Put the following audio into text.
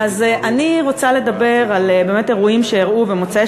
אני רוצה לדבר על אירועים שאירעו במוצאי